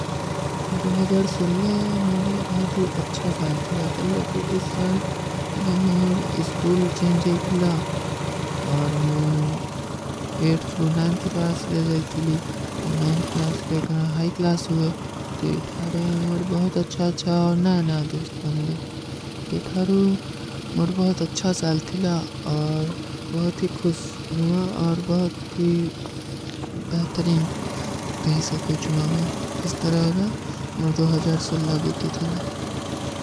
ମୁର ବହୁତୀ ଅଚ୍ଛା ସାଲ ଥିଲା, କଲ କି ଇସ ସାଲ ମୁର ସ୍କୂଲ ଚେଂଜ ଜାଈ ଥିଲା ଔର ମୁର ତୁରୂ ଗ୍ଲାସ ଲେ ଜାଈ ଥିଲୀ, ତର ଗ୍ଲାସ ଵେ କଣା ହାଈ ଗ୍ଲାସ ହୁଏ ତର ଥାରେ ମୁର ବହୁତ ଅଚ୍ଛା ଅଚ୍ଛା ଔର ନାନା ଦୋସ୍ତ ବନ ଲେ ତେ ଥାରୂ ମୁର ବହୁତ ଅଚ୍ଛା ସାଲ ଥିଲା ଔର ବହୁତୀ ଖୁସନୁମା ଔର ବହୁତୀ ବୈତରିନ କହୀ ସକୂଚୁମା ମେଂ ଇସ ତରହରା ମୁର ବିଟୀ ଥିଲା।